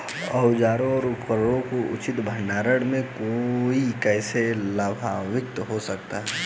औजारों और उपकरणों के उचित भंडारण से कोई कैसे लाभान्वित हो सकता है?